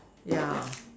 ya